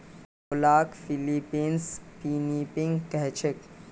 पोहाक फ़िलीपीन्सत पिनीपिग कह छेक